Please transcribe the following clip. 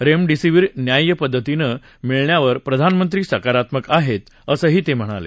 remdesivir न्याय्य पद्धतीनं मिळण्यावर प्रधानमंत्री सकारात्मक आहेत असंही ते म्हणाले